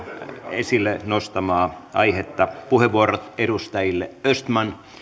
esille nostamaa aihetta puheenvuorot edustajille östman